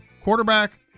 quarterback